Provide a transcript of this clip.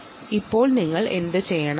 ഇനി ഇപ്പോൾ നിങ്ങൾ എന്തുചെയ്യണം